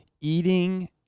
eating